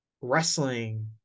wrestling